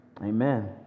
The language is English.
Amen